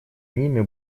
ними